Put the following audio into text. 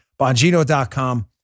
Bongino.com